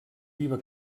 viva